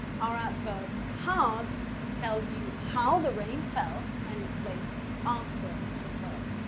our adverb hard tells you how the rain fell, and is placed after the verb.